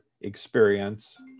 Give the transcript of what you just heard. experience